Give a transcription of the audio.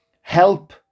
Help